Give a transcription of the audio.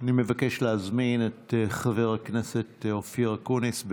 אני מבקש להזמין את חבר הכנסת אופיר אקוניס,